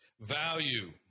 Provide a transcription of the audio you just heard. Value